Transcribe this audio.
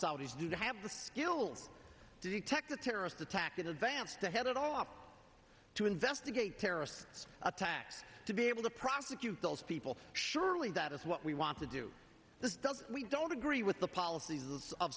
saudis do to have the skills to detect a terrorist attack in advance to head it all up to investigate terrorist attacks to be able to prosecute those people surely that is what we want to do the stuff we don't agree with the policies of